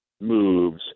moves